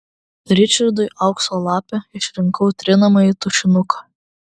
ričardui aukso lape išrinkau trinamąjį tušinuką